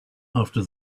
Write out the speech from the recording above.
after